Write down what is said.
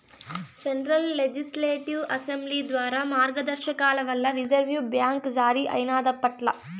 central legislative assembly ద్వారా మార్గదర్శకాల వల్ల రిజర్వు బ్యాంక్ జారీ అయినాదప్పట్ల